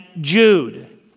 Jude